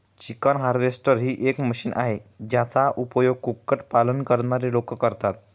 chicken harvester ही एक machine आहे, ज्याचा उपयोग कुक्कुट पालन करणारे लोक करतात